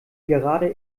gerade